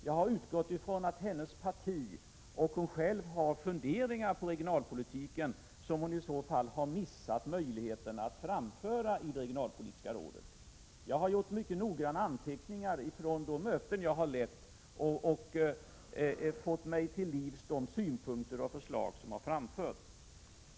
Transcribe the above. Jag har utgått från att hennes parti och hon själv har funderingar kring regionalpolitiken, som hon i så fall har missat möjligheten att framföra i det regionalpolitiska rådet. Jag har gjort mycket noggranna anteckningar från de möten som jag har lett och där jag fått del av de synpunkter och förslag som har framförts.